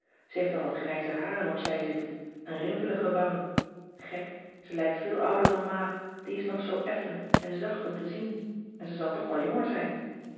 ze heeft al wat grijze haren op zij zitten en rimpelige wangen gek ze lijkt veel ouder dan ma die is nog zoo effen en zacht om te zien en ze zal toch wel jonger zijn